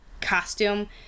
costume